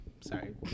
Sorry